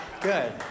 Good